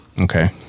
Okay